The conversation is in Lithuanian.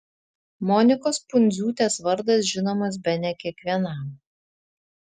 monikos pundziūtės vardas žinomas bene kiekvienam